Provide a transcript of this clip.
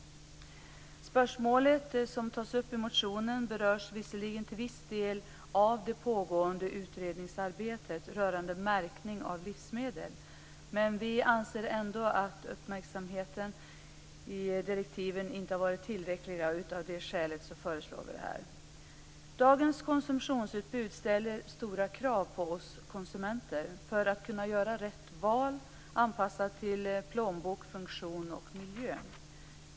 Det spörsmål som tas upp i motionen berörs visserligen till viss del av det pågående utredningsarbetet rörande märkning av livsmedel, men vi anser ändå att uppmärksamheten i direktiven inte har varit tillräckliga. Av det skälet föreslår vi detta. Dagens konsumtionsutbud ställer stora krav på oss konsumenter för att kunna göra rätt val anpassat till plånbok, funktion och miljö.